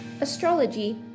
astrology